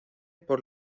por